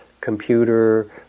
computer